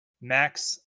Max